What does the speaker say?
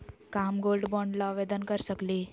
का हम gold bond ल आवेदन कर सकली?